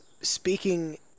speaking